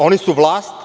Oni su vlast.